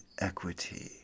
equity